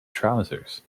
trousers